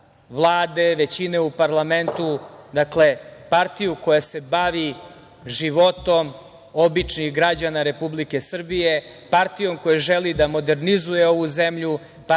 Vlade, većine u parlamentu, partiju koja se bavi životom običnih građana Republike Srbije, partijom koja želi da modernizuje ovu zemlju,